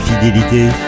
fidélité